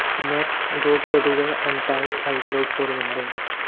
next, go to the google and type icloud for windows,